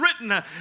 written